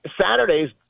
Saturdays